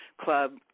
club